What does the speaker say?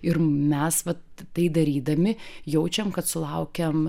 ir mes vat tai darydami jaučiam kad sulaukiam